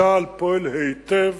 צה"ל פועל היטב,